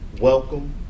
welcome